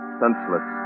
senseless